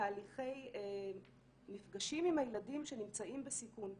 תהליכי מפגשים עם הילדים שנמצאים בסיכון יתקיימו,